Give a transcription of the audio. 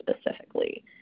specifically